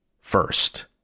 first